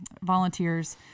volunteers